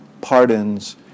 pardons